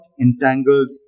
entangled